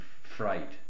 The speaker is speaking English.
fright